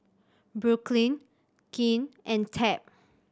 Brooklynn Quinn and Tab